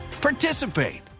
participate